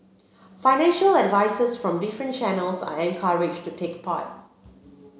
financial advisers from different channels are encouraged to take part